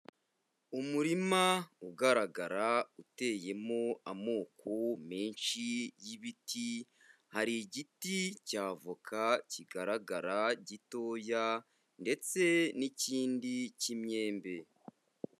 Umurima ugaragara uteyemo amoko menshi y'ibiti, hari igiti cy'avoka kigaragara gitoya ndetse n'ikindi cy'imyembe.